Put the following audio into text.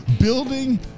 building